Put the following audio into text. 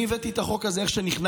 אני הבאתי את החוק הזה מייד כשנכנסתי.